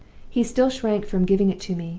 he still shrank from giving it to me.